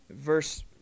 Verse